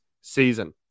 season